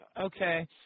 Okay